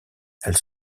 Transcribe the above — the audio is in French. elles